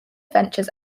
ventures